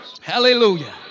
Hallelujah